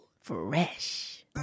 Fresh